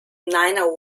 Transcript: nina